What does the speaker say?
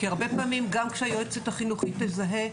כי הרבה פעמים גם כשהיועצת החינוכית תזהה,